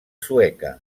sueca